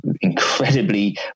incredibly